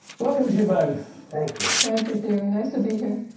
welcome to you both. thank you. thank you theo, nice to be here.